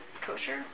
kosher